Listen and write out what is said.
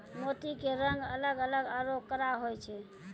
मोती के रंग अलग अलग आरो कड़ा होय छै